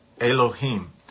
Elohim